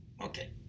okay